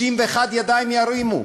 61 ידיים ירימו.